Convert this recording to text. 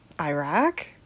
Iraq